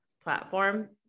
platform